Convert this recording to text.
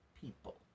people